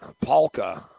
Polka